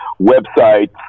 websites